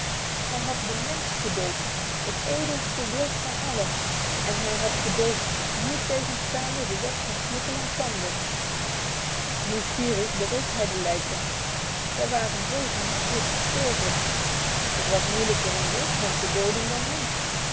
hij had den mens gedood het edelste wild van alle en hij had gedood niettegenstaande de wet van knuppel en tanden nieuwsgierig berook hij de lijken zij waren zo gemakkelijk gestorven het was moeilijker een wolfshond te doden dan hen